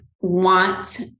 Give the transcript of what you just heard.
want